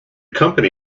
company